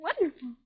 wonderful